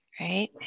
right